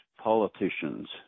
politicians